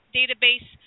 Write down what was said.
database